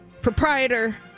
proprietor